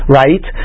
right